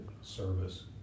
Service